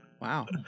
Wow